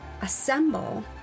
assemble